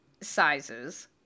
sizes